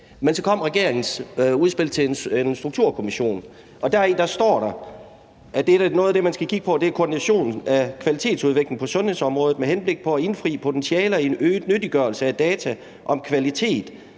Men så kom regeringens udspil til en strukturkommission, og deri står der, at noget af det, man skal kigge på, er koordination af kvalitetsudvikling på sundhedsområdet med henblik på at indfri potentialer i en øget nyttiggørelse af data om kvalitet